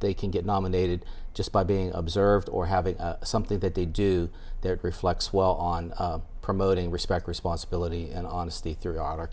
they can get nominated just by being observed or having something that they do there reflects well on promoting respect responsibility and honesty throughout our